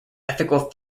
ethical